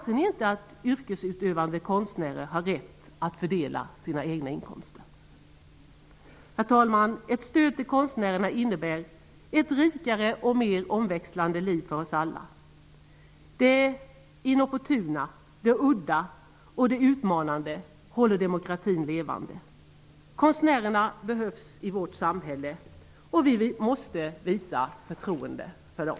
Anser ni inte att yrkesutövande konstnärer har rätt att fördela sina egna inkomster? Herr talman! Ett stöd till konstnärerna innebär ett rikare och mer omväxlande liv för oss alla. Det inopportuna, udda och utmanande håller demokratin levande. Konstnärerna behövs i vårt samhälle, och vi måste visa förtroende för dem.